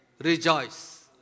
rejoice